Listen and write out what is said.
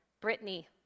Brittany